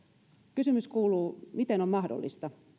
kysymys kuuluu miten on mahdollista